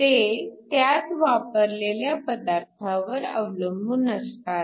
ते त्यात वापरलेल्या पदार्थावर अवलंबून असतात